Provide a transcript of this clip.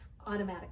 automatically